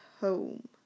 home